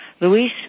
Luis